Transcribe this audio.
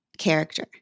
character